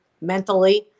mentally